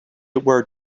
where